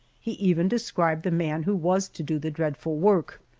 he even described the man who was to do the dreadful work,